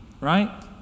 right